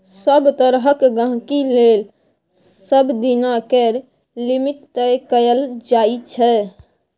सभ तरहक गहिंकी लेल सबदिना केर लिमिट तय कएल जाइ छै